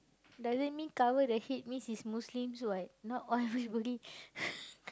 doesn't mean cover the head means it's Muslim what not all everybody